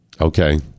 Okay